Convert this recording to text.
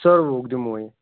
سٔروہُکھ دِمہوے